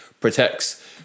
protects